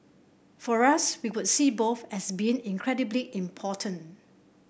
for us we would see both as being incredibly important